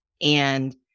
And-